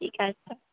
ঠিক আছে